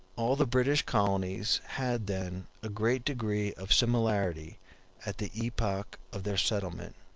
all the british colonies had then a great degree of similarity at the epoch of their settlement.